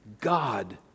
God